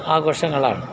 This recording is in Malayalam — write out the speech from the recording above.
ആഘോഷങ്ങളാണ്